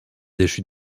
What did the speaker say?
déchu